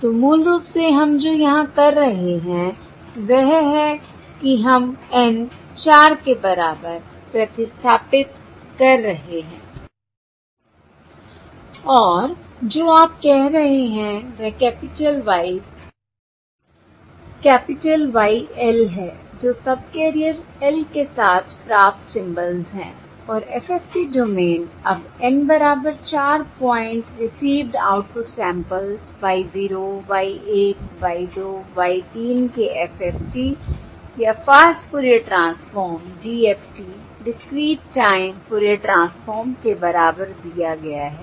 तो मूल रूप से हम जो यहां कर रहे हैं वह है कि हम N 4 के बराबर प्रतिस्थापित कर रहे हैं I और जो आप कह रहे हैं वह capital Y s capital Y l है जो सबकैरियर l के साथ प्राप्त सिंबल्स है और FFT डोमेन अब N बराबर 4 point received output samples Y 0 Y 1 Y 2 Y 3 के FFT या fast Fourier transform DFT discrete time Fourier transform के बराबर दिया गया है